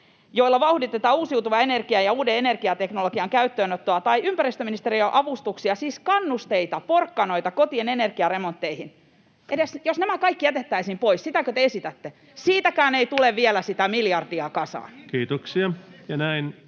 joilla vauhditetaan uusiutuvan energian ja uuden energiateknologian käyttöönottoa, tai ympäristöministeriön avustuksia, siis kannusteita, porkkanoita, kotien energiaremontteihin, jos nämä kaikki jätettäisiin pois — sitäkö te esitätte? — [Riikka Purran välihuuto] siitäkään